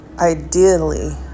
Ideally